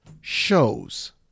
shows